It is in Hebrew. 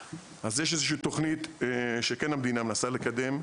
יש תוכנית שהמדינה מנסה לקדם.